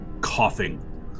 coughing